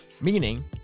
Meaning